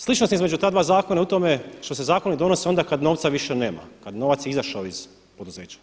Sličnost između ta dva zakona je u tome što se zakoni donose onda kada novca više nema, kada je novac izašao iz poduzeća.